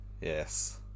Yes